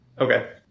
Okay